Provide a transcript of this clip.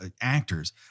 actors